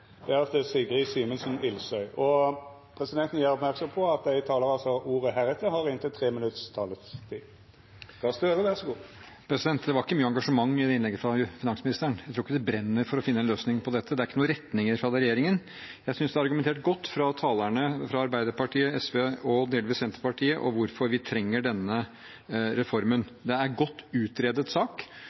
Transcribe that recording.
ordet, har ei taletid på inntil 3 minutt. Det var ikke mye engasjement i det innlegget fra finansministeren. Jeg tror ikke hun brenner for å finne en løsning på dette. Det er ikke noen retning fra regjeringen. Jeg synes det er argumentert godt av talerne fra Arbeiderpartiet, SV og delvis Senterpartiet for hvorfor vi trenger denne reformen. Det er en godt utredet sak.